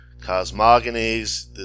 cosmogonies